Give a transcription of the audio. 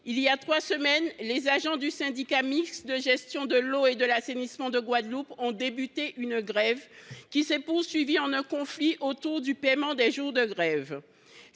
Il y a trois semaines, les agents du syndicat mixte de gestion de l’eau et de l’assainissement de Guadeloupe ont entamé une grève, qui s’est poursuivie par un conflit autour du paiement des jours de grève.